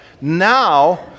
Now